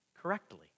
correctly